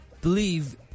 believe